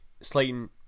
Slayton